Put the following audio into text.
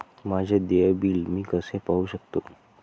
माझे देय बिल मी कसे पाहू शकतो?